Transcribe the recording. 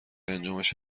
انجامش